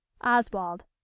oswald